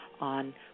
on